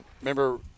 remember